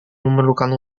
memerlukan